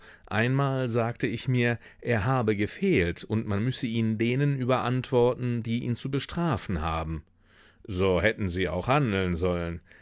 einmal sagte ich mir er habe gefehlt und man müsse ihn denen überantworten die ihn zu bestrafen haben so hätten sie auch handeln sollen